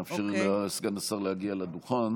נאפשר לסגן השר להגיע לדוכן